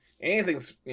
Anything's